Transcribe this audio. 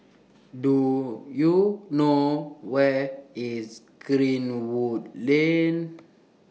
Do YOU know Where IS Greenwood Lane